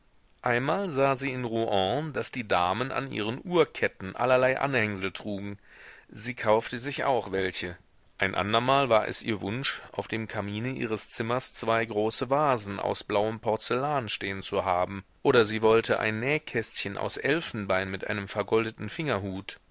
einmal sah sie in rouen daß die damen an ihren uhrketten allerlei anhängsel trugen sie kaufte sich auch welche ein andermal war es ihr wunsch auf dem kamine ihres zimmers zwei große vasen aus blauem porzellan stehen zu haben oder sie wollte ein nähkästchen aus elfenbein mit einem vergoldeten fingerhut